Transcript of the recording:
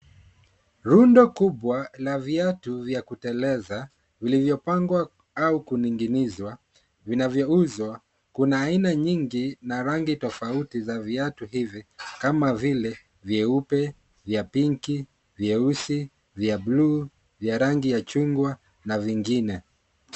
Rundo kubwa la viatu vya kuteleza, vilivyopangwa au kuning'inizwa, vinavyouzwa, kuna aina nyingi na rangi tofauti za viatu hivi kama vile; vyeupe, vya pinki, vyeusi, vya bluu, vya rangi ya chungwa na vingine.